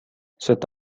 cette